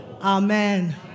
Amen